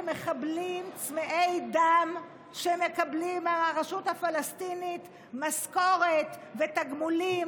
למחבלים צמאי דם שמקבלים מהרשות הפלסטינית משכורת ותגמולים